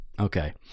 Okay